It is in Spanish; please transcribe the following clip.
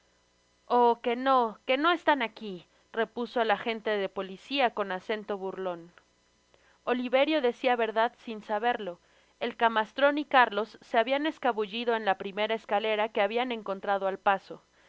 que no que no están aqui repuso el agente de policia con acento burlon oliverio decia verdad sin saberlo el camastron y gárlos se habian escabullido en la primera escalera que habian encontrado al paso